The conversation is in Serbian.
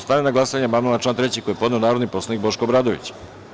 Stavljam na glasanje amandman na član 3. koji je podneo narodni poslanik Boško Obradović.